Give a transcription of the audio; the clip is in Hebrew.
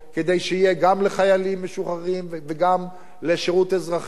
כדי שיהיה גם לחיילים משוחררים וגם לשירות אזרחי.